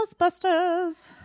Ghostbusters